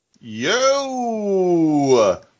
Yo